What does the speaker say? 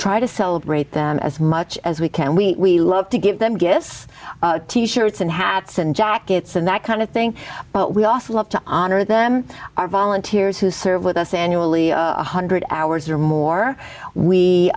try to celebrate them as much as we can we love to give them gifts t shirts and hats and jackets and that kind of thing but we also love to honor them our volunteers who serve with us annually one hundred hours or more we